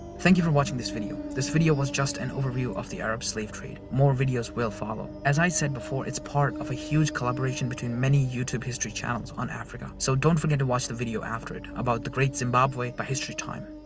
thank you for watching this video. this video was just an overview of the arab slave trade. more videos will follow. as i said before, it's part of a huge collaboration between many youtube history channels on africa so, don't forget to see the video after it, about the great zimbabwe by history time.